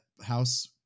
house